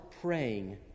praying